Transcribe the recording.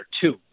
two